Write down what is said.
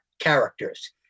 characters